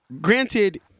granted